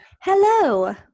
Hello